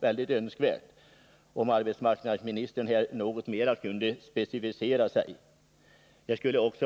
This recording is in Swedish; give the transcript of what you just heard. tacksam om arbetsmarknadsministern ville närmare specificera sig på dessa punkter.